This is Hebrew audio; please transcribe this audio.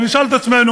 ונשאל את עצמנו,